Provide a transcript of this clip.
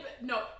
No